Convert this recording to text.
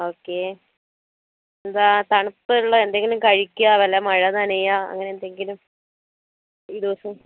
okay തണുപ്പുള്ള എന്തെങ്കിലും കഴിക്കുക അല്ല മഴ നനയുക അങ്ങനെ എന്തെങ്കിലും ഈ ദിവസം